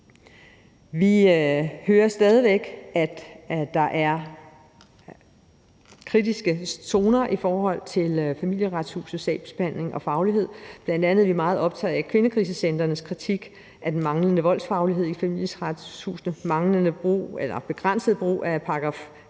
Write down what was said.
Vi hører stadig væk, at der er kritiske toner i forhold til Familieretshusets sagsbehandling og faglighed. Bl.a. er vi meget optagede af kvindekrisecentrenes kritik af den manglende voldsfaglighed i Familieretshusene og den begrænsede brug af §